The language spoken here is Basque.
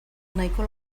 nahiko